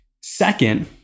Second